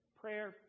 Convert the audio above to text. prayer